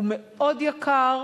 זה מאוד יקר,